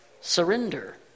surrender